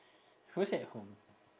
who's at home